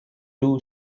two